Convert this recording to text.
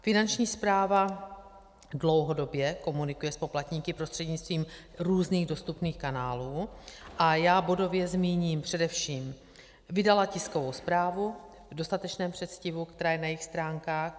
Finanční správa dlouhodobě komunikuje s poplatníky prostřednictvím různých dostupných kanálů a já bodově zmíním především: vydala tiskovou zprávu v dostatečném předstihu, která je na jejich stránkách;